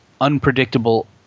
unpredictable